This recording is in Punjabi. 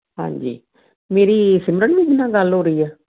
ਹਾਂਜੀ ਮੇਰੀ ਸਿਮਰਨਪ੍ਰੀਤ ਜੀ ਨਾਲ ਗੱਲ ਹੋ ਰਹੀ ਆ